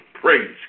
Praise